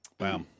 Wow